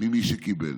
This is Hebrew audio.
ממי שקיבל.